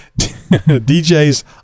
DJ's